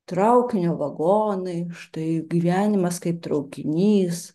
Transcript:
traukinio vagonai štai gyvenimas kaip traukinys